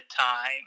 time